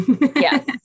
Yes